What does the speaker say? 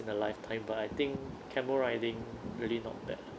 in a lifetime but I think camel riding really not bad ah